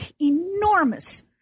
enormous